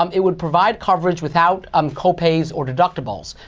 um it would provide coverage without um co-pays or deductibles.